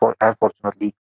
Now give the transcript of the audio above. unfortunately